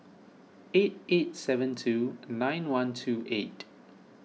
eight eight seven two nine one two eight